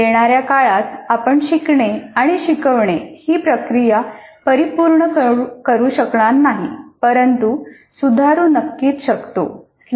येणाऱ्या काळात आपण शिकणे आणि शिकवणे ही प्रक्रिया परिपूर्ण करू शकणार नाही परंतु सुधारू नक्कीच शकतो